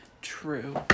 True